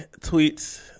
tweets